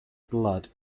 blood